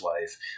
life